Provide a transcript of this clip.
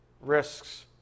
risks